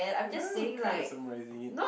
kind of summarising it